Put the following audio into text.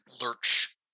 lurch